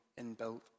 inbuilt